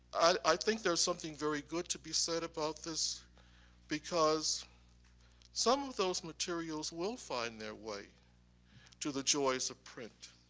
i think there's something very good to be said about this because some of those materials will find their way to the joys of print.